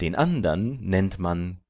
den andern nennt man